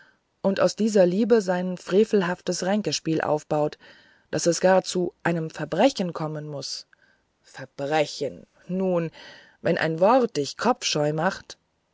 und auf dieser liebe sein frevelhaftes ränkespiel aufbaut daß es gar zu einem verbrechen kommen muß verbrechen nun wenn ein wort dich kopfscheu macht